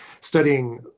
studying